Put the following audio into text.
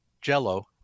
Jello